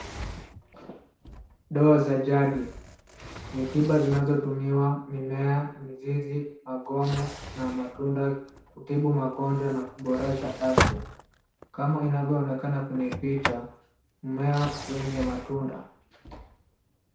Dawa za jadi ni tiba zinazotumiwa, mimea, mizizi , magome na matunda kutibu magonjwa na kuboresha afya kama inavyoonekana kwenye picha, mmea wenye matunda.